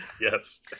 Yes